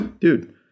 dude